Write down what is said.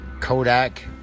Kodak